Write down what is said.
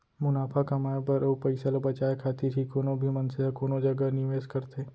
मुनाफा कमाए बर अउ पइसा ल बचाए खातिर ही कोनो भी मनसे ह कोनो जगा निवेस करथे